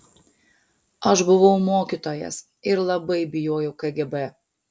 aš buvau mokytojas ir labai bijojau kgb